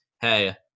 Hey